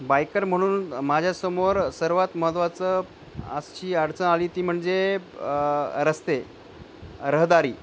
biker म्हणून माझ्यासमोर सर्वात महत्त्वाचं आजची अडचण आली ती म्हणजे रस्ते रहदारी